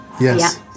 Yes